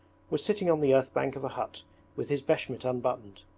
was sitting on the earth-bank of a hut with his beshmet unbuttoned.